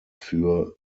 für